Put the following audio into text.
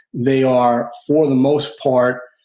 they are, for the most part,